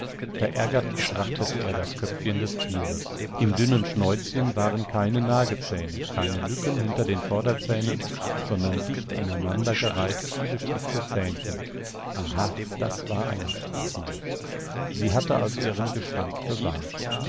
verärgert betrachtete er das köpfchen des tieres im dünnen schnäuzchen waren keine nagezähne keine lücken hinter den vorderzähnen sondern dicht aneinandergereiht viele spitze zähnchen aha das war eine spitzmaus sie hatte also ihren gestank bewahrt